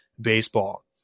baseball